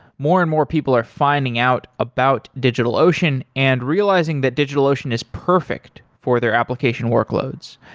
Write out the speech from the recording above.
more and more people are finding out about digitalocean and realizing that digitalocean is perfect for their application workloads.